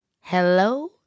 Hello